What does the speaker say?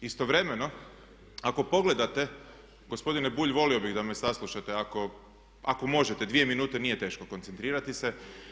Istovremeno ako pogledate gospodine Bulj volio bih da me saslušate ako možete dvije minute, nije teško koncentrirati se.